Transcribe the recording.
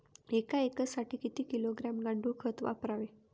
एक एकरसाठी किती किलोग्रॅम गांडूळ खत वापरावे?